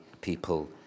people